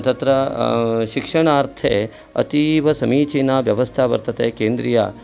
तत्र शिक्षणार्थे अतीवसमीचीना व्यवस्था वर्तते केन्द्रीय